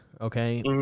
okay